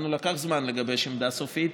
לנו לקח זמן לגבש עמדה סופית,